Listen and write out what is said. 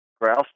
grouse